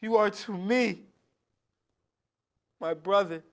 you are to me my brother